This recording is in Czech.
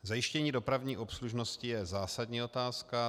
Zajištění dopravní obslužnosti je zásadní otázka.